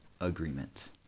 Agreement